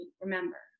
remember